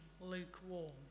lukewarm